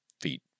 feet